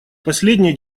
последнее